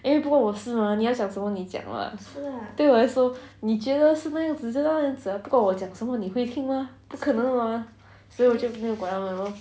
因为不关我的事 mah 你要讲什么你讲 [what] 对我来说你觉得是那样子就那样子啊不管我讲什么你会听 mah 不可能所以我就没有管他们 liao lor